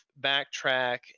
backtrack